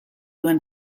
duen